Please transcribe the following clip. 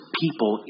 people